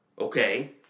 Okay